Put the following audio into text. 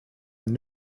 and